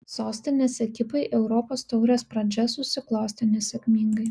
sostinės ekipai europos taurės pradžia susiklostė nesėkmingai